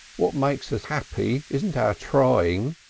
what makes us happy isn't our trying,